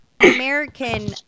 American